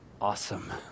awesome